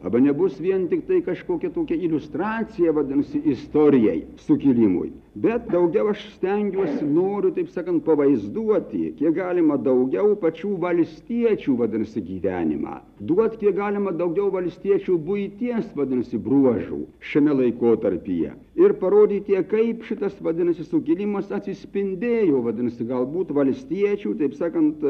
arba nebus vien tiktai kažkokia tokia iliustracija vadinasi istorijai sukilimui bet daugiau aš stengiuosi noriu taip sakant pavaizduoti kiek galima daugiau pačių valstiečių vadinasi gyvenimą duot kiek galima daugiau valstiečių buities vadinasi bruožų šiame laikotarpyje ir parodyti kaip šitas vadinasi sukilimas atsispindėjo vadinasi galbūt valstiečių taip sakant